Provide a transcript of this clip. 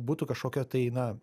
būtų kažkokia tai na